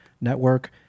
network